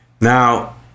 Now